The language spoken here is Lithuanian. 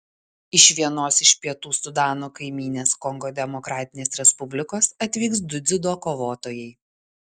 iš vienos iš pietų sudano kaimynės kongo demokratinės respublikos atvyks du dziudo kovotojai